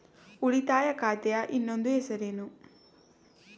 ಉಳಿತಾಯ ಖಾತೆಯ ಇನ್ನೊಂದು ಹೆಸರೇನು?